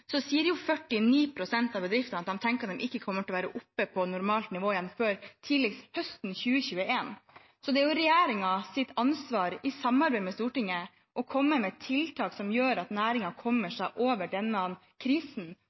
normalt nivå igjen før tidligst høsten 2021. Det er regjeringens ansvar, i samarbeid med Stortinget, å komme med tiltak som gjør at næringen kommer over denne krisen,